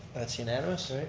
that's unanimous.